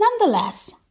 Nonetheless